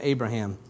Abraham